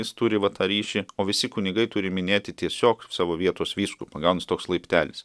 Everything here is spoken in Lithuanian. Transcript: jis turi va tą ryšį o visi kunigai turi minėti tiesiog savo vietos vyskupą gaunas toks laiptelis